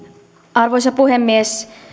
arvoisa puhemies